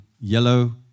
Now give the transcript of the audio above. yellow